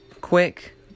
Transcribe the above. Quick